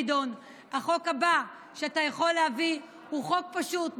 גדעון: החוק הבא שאתה יכול להביא הוא חוק פשוט,